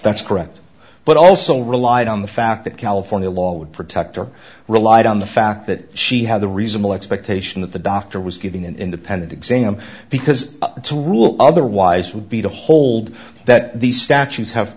that's correct but also relied on the fact that california law would protect or relied on the fact that she had the reasonable expectation that the doctor was giving an independent exam because up to rule otherwise would be to hold that these statutes have